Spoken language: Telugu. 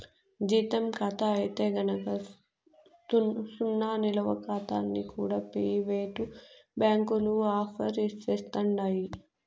జీతం కాతా అయితే గనక సున్నా నిలవ కాతాల్ని కూడా పెయివేటు బ్యాంకులు ఆఫర్ సేస్తండాయి